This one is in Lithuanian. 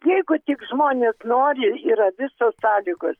jeigu tik žmonės nori yra visos sąlygos